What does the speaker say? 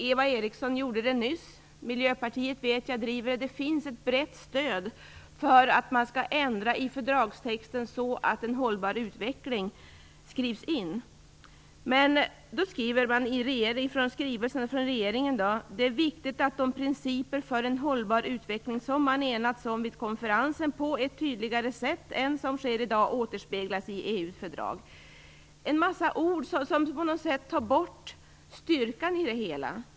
Eva Eriksson gjorde det nyss, och jag vet att Miljöpartiet också driver det kravet. Det finns ett brett stöd för en ändring av fördragstexten på så sätt att en text om en hållbar utveckling skrivs in. I stället säger regeringen i sin skrivelse: Det är viktigt att de principer för en hållbar utveckling som man enats om vid konferensen på ett tydligare sätt än som sker i dag återspeglas i Det är bara en massa ord som på något sätt förtar styrkan i det hela.